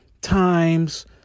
times